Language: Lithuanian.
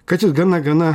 kad jis gana gana